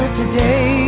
today